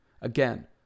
Again